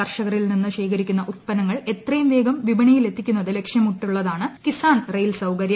കർഷകരിൽ നിന്ന് ശേഖരിക്കുന്ന ഉത്പന്നുങ്ങൾ എത്രയും വേഗം വിപണിയിലെ ത്തിക്കുന്നത് ലക്ഷ്യമിട്ടുള്ളതാണ് കിസാൻ റെയിൽ സൌകര്യം